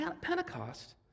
Pentecost